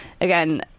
again